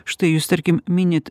štai jūs tarkim minit